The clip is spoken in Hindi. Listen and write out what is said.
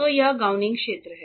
तो यह गाउनिंग क्षेत्र है